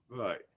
right